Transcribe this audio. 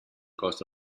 cost